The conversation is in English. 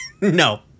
No